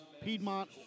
Piedmont